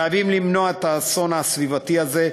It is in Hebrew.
חייבים למנוע את האסון הסביבתי הזה.